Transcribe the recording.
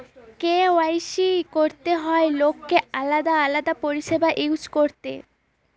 KYC করতে হয় লোককে আলাদা আলাদা পরিষেবা ইউজ করতে